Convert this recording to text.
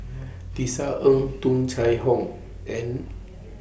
Tisa Ng Tung Chye Hong and